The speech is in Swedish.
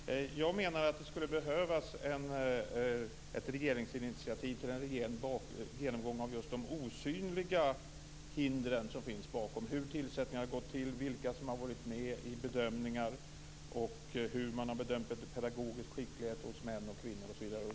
Fru talman! Jag menar att det skulle behövas ett regeringsinitiativ till en rejäl genomgång av just de osynliga hindren som finns bakom. Hur har tillsättningarna gått till? Vilka har varit med i bedömningar? Hur har man bedömt pedagogisk skicklighet hos män och kvinnor?